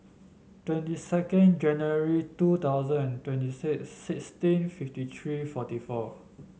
twenty two January twenty twenty six sixteen fifty three forty four